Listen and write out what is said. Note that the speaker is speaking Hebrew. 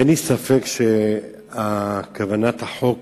אין לי ספק שכוונת החוק